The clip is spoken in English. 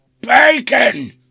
Bacon